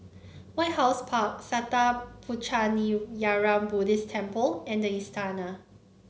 White House Park Sattha Puchaniyaram Buddhist Temple and the Istana